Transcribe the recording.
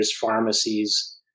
pharmacies